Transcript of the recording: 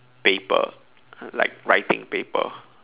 paper like writing paper